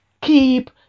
Keep